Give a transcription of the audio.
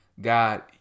God